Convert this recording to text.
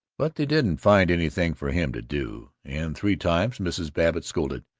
but they didn't find anything for him to do, and three times mrs. babbitt scolded,